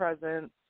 presence